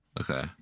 Okay